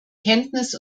kenntnis